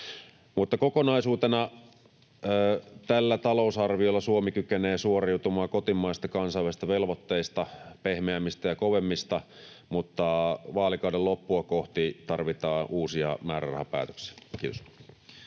Mutta kokonaisuutena tällä talousarviolla Suomi kykenee suoriutumaan kotimaisista ja kansainvälisistä velvoitteista, pehmeämistä ja kovemmista, mutta vaalikauden loppua kohti tarvitaan uusia määrärahapäätöksiä. — Kiitos.